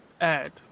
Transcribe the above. add